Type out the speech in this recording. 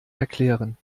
erklären